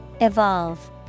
Evolve